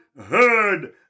heard